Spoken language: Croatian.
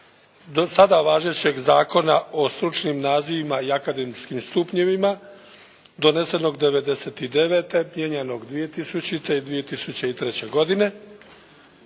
sada važećeg Zakona o stručnim nazivima i akademskim stupnjevima donesenog '99., mijenjanog 2000. i 2003. godine.